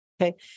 okay